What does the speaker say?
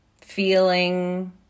feeling